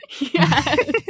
Yes